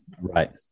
Right